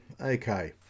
okay